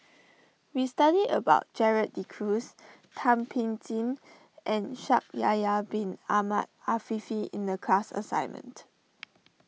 we studied about Gerald De Cruz Thum Ping Tjin and Shaikh Yahya Bin Ahmed Afifi in the class assignment